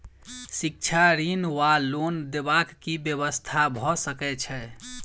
शिक्षा ऋण वा लोन देबाक की व्यवस्था भऽ सकै छै?